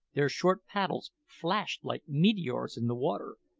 their short paddles flashed like meteors in the water,